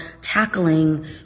tackling